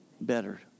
better